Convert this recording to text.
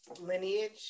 lineage